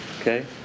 okay